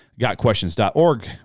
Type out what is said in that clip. gotquestions.org